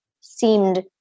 seemed